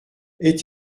est